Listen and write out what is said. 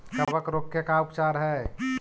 कबक रोग के का उपचार है?